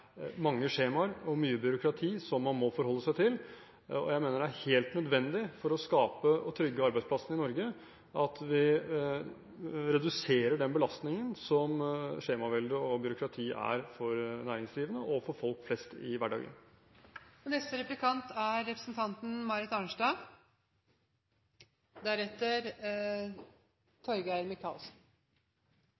mange skjemaer og mye byråkrati som man må forholde seg til. Jeg mener det er helt nødvendig for å skape trygge arbeidsplasser i Norge at vi reduserer den belastningen som skjemaveldet og byråkratiet er for næringsdrivende og for folk flest i hverdagen.